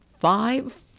five